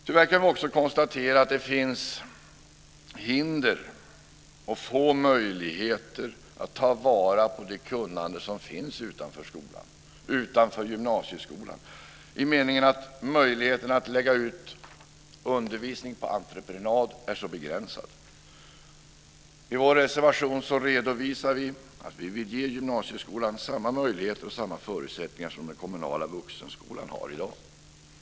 Tyvärr kan vi också konstatera att det finns hinder och få möjligheter att ta vara på det kunnande som finns utanför skolan - utanför gymnasieskolan - i meningen att möjligheten att lägga ut undervisning på entreprenad är så begränsad. I vår reservation redovisar vi att vi vill ge gymnasieskolan samma möjligheter och samma förutsättningar som den kommunala vuxenskolan har i dag.